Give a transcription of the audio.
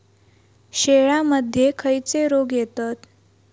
शेळ्यामध्ये खैचे रोग येतत?